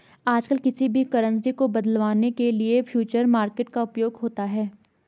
आजकल किसी भी करन्सी को बदलवाने के लिये फ्यूचर मार्केट का उपयोग होता है